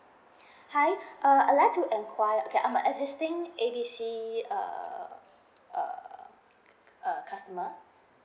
hi uh I'd like to enquire okay I'm an existing A B C uh uh customer